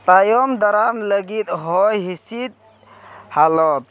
ᱛᱟᱭᱚᱢ ᱫᱟᱨᱟᱢ ᱞᱟᱹᱜᱤᱫ ᱦᱚᱭ ᱦᱤᱥᱤᱫ ᱦᱟᱞᱚᱛ